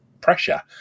pressure